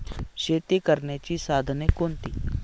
शेती करण्याची साधने कोणती?